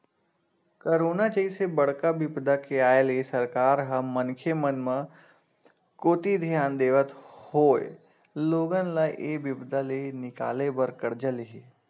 corona जइसे बड़का बिपदा के आय ले सरकार ह मनखे मन कोती धियान देवत होय लोगन ल ऐ बिपदा ले निकाले बर करजा ले हे